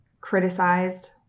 criticized